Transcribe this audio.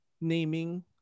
naming